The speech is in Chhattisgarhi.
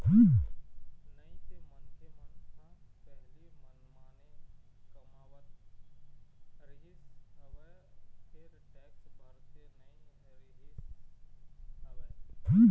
नइते मनखे मन ह पहिली मनमाने कमावत रिहिस हवय फेर टेक्स भरते नइ रिहिस हवय